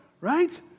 right